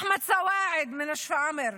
אחמד סואעד משפרעם,